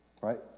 right